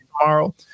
tomorrow